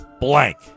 blank